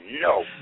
No